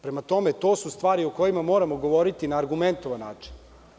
Prema tome, to su stvari o kojima moramo govoriti na argumentovan način.